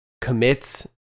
commits